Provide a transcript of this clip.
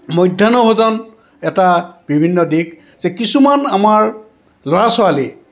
মধ্যাহ্ন ভোজন এটা বিভিন্ন দিশ যে কিছুমান আমাৰ ল'ৰা ছোৱালী